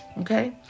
Okay